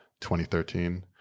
2013